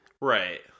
Right